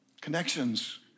Connections